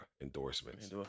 endorsements